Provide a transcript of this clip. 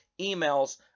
emails